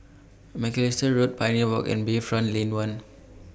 Macalister Road Pioneer Walk and Bayfront Lane one